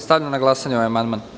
Stavljam na glasanje ovaj amandman.